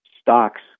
stocks